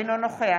אינו נוכח